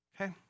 Okay